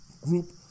group